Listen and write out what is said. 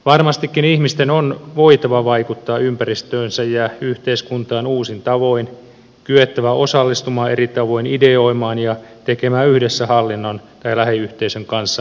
varmastikin ihmisten on voitava vaikuttaa ympäristöönsä ja yhteiskuntaan uusin tavoin kyettävä osallistumaan eri tavoin ideoimaan ja tekemään yhdessä hallinnon tai lähiyhteisön kanssa erilaisia asioita